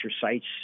sites